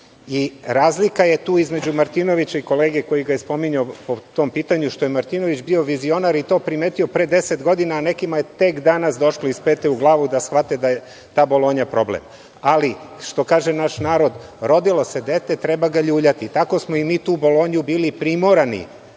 Razlika je tu između Martinovića i kolege koji ga je spominjao po tom pitanju, što je Martinović bio vizionar i to primetio pre deset godina, a nekima je tek danas došlo iz pete u glavu da shvate da je ta bolonja problem. Ali, što kaže naš narod – rodilo se dete, treba ga ljuljati. Tako smo i mi tu bolonju bili primorani